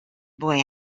boy